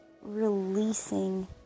releasing